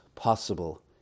possible